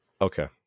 Okay